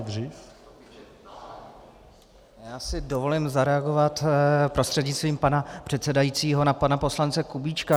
Já si dovolím zareagovat prostřednictvím pana předsedajícího na pana poslance Kubíčka.